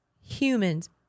humans